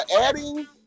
adding